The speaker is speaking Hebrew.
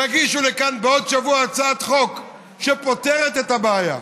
ויגישו לכאן בעוד שבוע הצעת חוק שפותרת את הבעיה.